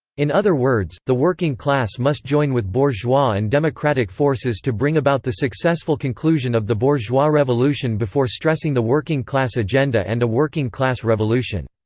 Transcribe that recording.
in other words, the working class must join with bourgeois and democratic forces to bring about the successful conclusion of the bourgeois revolution before stressing the working class agenda and a working class revolution.